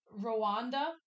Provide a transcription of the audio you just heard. Rwanda